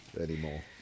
anymore